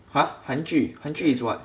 !huh! 韩剧韩剧 is what